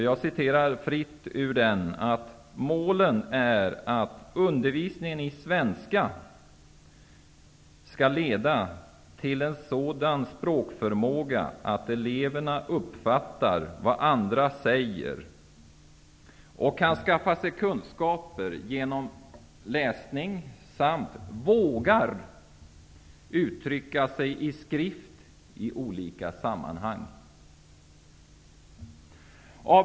Jag citerar fritt ur den: ''Målen är att undervisningen i svenska skall leda till en sådan språkförmåga att eleverna uppfattar vad andra säger och kan skaffa sig kunskaper genom läsning samt vågar uttrycka sig i skrift i olika sammanhang.''